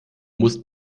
musst